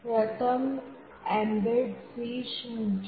પ્રથમ embed C શું છે